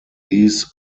these